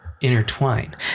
intertwine